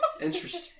Interesting